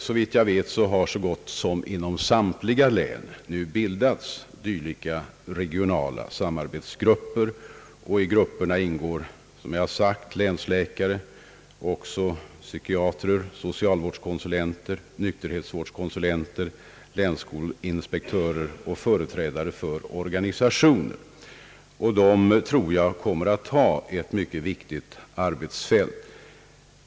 Såvitt jag vet har dylika grupper nu bildats inom nästan samtliga län. I grupperna ingår länsläkare, psykiatrer, socialvårdskonsulenter, nykterhetsvårdskonsulenter, länsskolinspektörer och företrädare för organisationer. Jag tror att dessa grupper kommer att ha mycket viktiga arbetsuppgifter.